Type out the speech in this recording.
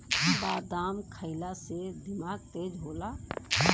बादाम खइला से दिमाग तेज होला